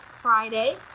Friday